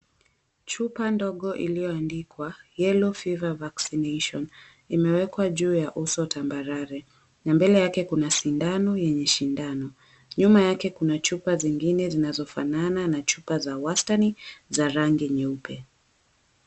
Chupa ndogo iliyoandikwa "yellow fever vaccination" imewekwa juu ya uso tambarare na mbele yake kuna sindano yenye shindano. Nyuma yake kuna chupa zingine zinazofanana na chupa za wastani za rangi nyeupe.